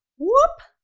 whoop,